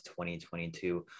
2022